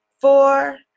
four